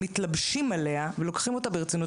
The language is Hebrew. מתלבשים עליה ולוקחים אותה ברצינות,